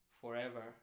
forever